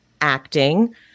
acting